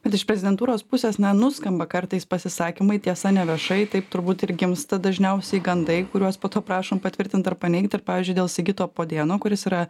bet iš prezidentūros pusės na nuskamba kartais pasisakymai tiesa ne viešai taip turbūt ir gimsta dažniausiai gandai kuriuos po to prašom patvirtint ar paneigt ir pavyzdžiui dėl sigito podėno kuris yra